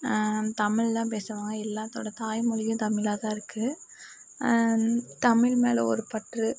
தமிழ் தான் பேசுவாங்க எல்லாத்தோட தாய்மொழியும் தமிழாக தான் இருக்குது தமிழ் மேல் ஒரு பற்று